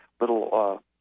little